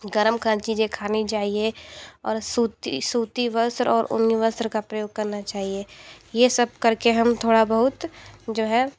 गर्म खान चीज़ें खानी चाहिएँ और सूती सूती वस्त्र और ऊनी वस्त्र का प्रयोग करना चाहिए ये सब करके हम थोड़ा बहुत जो है